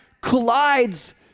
collides